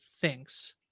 thinks